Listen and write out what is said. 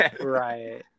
Right